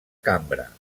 cambra